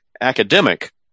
academic